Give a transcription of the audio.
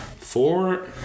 four